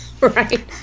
Right